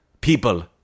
people